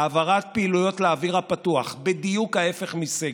העברת פעילויות לאוויר הפתוח, בדיוק ההפך מסגר,